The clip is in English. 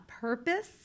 purpose